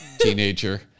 teenager